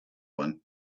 one